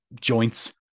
joints